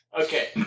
Okay